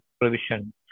provision